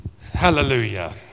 Hallelujah